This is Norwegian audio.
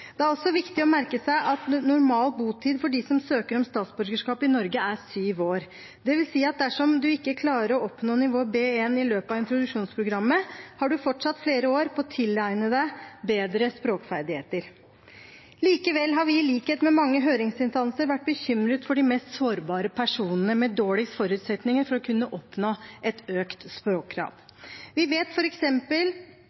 Det er også viktig å merke seg at normal botid for dem som søker om statsborgerskap i Norge, er syv år. Det vil si at dersom man ikke klarer å oppnå nivå B1 i løpet av introduksjonsprogrammet, har man fortsatt flere år på å tilegne seg bedre språkferdigheter. Likevel har vi, i likhet med mange høringsinstanser, vært bekymret for de mest sårbare personene med dårligst forutsetninger for å kunne innfri et økt språkkrav.